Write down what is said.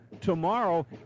tomorrow